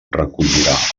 recollirà